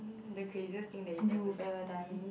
you've ever done